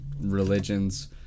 religions